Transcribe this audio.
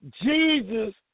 Jesus